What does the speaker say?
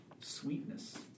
sweetness